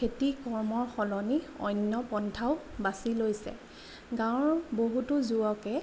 খেতি কৰ্মৰ সলনি অন্য পন্থাও বাছি লৈছে গাঁৱৰ বহুতো যুৱকে